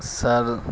sir